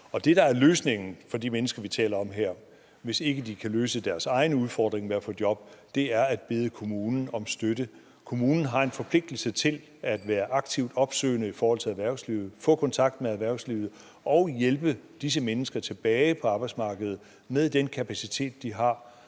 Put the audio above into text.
Det, der er løsningen for de mennesker, vi taler om her, hvis ikke de kan løse deres egen udfordring med at få job, er at bede kommunen om støtte. Kommunen har en forpligtelse til at være aktivt opsøgende i forhold til erhvervslivet, få kontakt med erhvervslivet og hjælpe disse mennesker tilbage på arbejdsmarkedet med den kapacitet, de har.